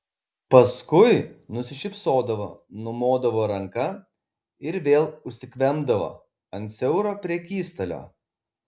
paskui nusišypsodavo numodavo ranka ir vėl užsikvempdavo ant siauro prekystalio